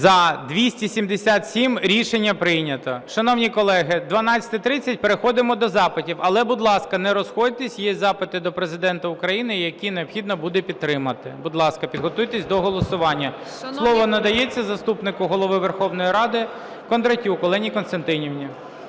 За-277 Рішення прийнято. Шановні колеги, 12:30 – переходимо до запитів. Але, будь ласка, не розходьтесь, є запити до Президента України, які необхідно буде підтримати. Будь ласка, підготуйтеся до голосування. Слово надається заступнику Голови Верховної Ради Кондратюк Олені Костянтинівні.